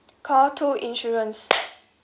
call two insurance